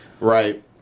Right